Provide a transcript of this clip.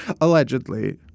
Allegedly